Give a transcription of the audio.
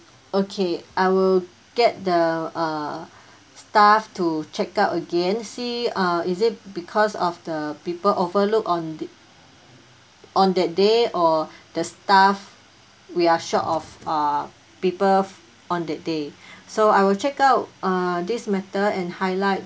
okay I will get the uh staff to check out again see uh is it because of the people overlook on th~ on that day or the staff we are short of uh people on that day so I will check out uh this matter and highlight